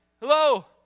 Hello